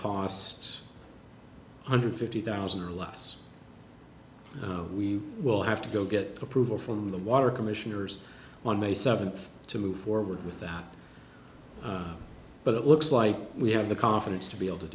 cost one hundred fifty thousand or less you know we will have to go get approval from the water commissioners on may seventh to move forward with that but it looks like we have the confidence to be able to